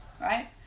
right